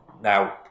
Now